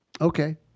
Okay